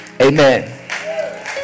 amen